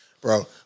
Bro